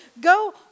Go